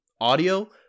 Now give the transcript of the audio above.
audio